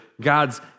God's